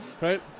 right